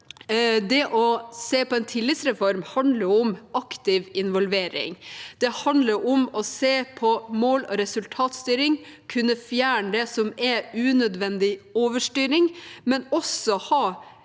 det å se på en tillitsreform handler om aktiv involvering. Det handler om å se på mål- og resultatstyring, kunne fjerne det som er unødvendig overstyring, men også ha